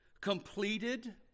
Completed